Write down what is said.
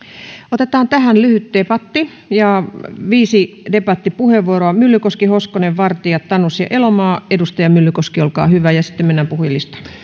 otetaan tähän lyhyt debatti ja viisi debattipuheenvuoroa myllykoski hoskonen vartia tanus ja elomaa edustaja myllykoski olkaa hyvä ja sitten mennään puhujalistaan